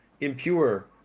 impure